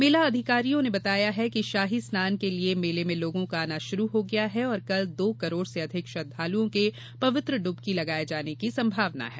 मेला अधिकारियों ने बताया कि शाही स्नान के लिए मेले में लोगों का आना शुरू हो गया है और कल दो करोड़ से अधिक श्रद्धालुओं के पवित्र डुबकी लगाए जाने की संभावना है